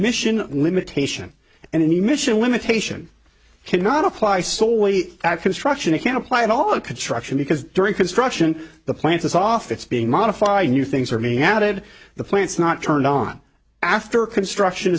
emission limitation and the mission limitation cannot apply solely at construction it can apply in all of construction because during construction the plants off it's being modified new things are being added the plants not turned on after construction